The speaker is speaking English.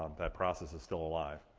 um that process is still alive.